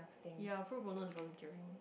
ya Pro-bono is want to tearing me